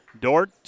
Dort